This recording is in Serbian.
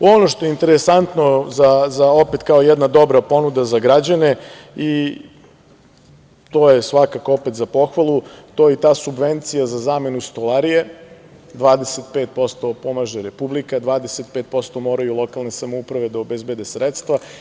Ono što je interesantno za, opet, kao jedna dobra ponuda za građane i to je svakako opet za pohvalu, to je ta subvencija za zamenu stolarije, 25% pomaže Republika, 25% moraju lokalne samouprave da obezbede sredstva.